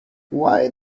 why